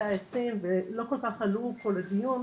זה נושא העצים שלא כל כך עלו פה לדיון.